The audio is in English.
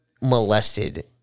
molested